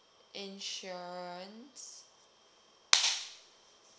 insurance